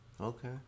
Okay